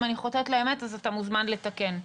אם אני חוטאת לאמת אז אתה מוזמן לתקן.